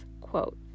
quote